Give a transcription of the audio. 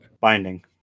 binding